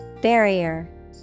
Barrier